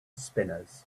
spinners